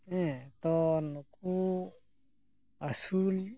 ᱦᱮᱸ ᱛᱚ ᱱᱩᱠᱩ ᱟᱹᱥᱩᱞ